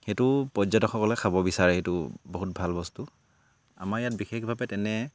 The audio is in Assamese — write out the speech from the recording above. সেইটো পৰ্যটকসকলে খাব বিচাৰে সেইটো বহুত ভাল বস্তু আমাৰ ইয়াত বিশেষভাৱে তেনে